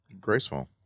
graceful